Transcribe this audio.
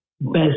best